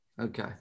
Okay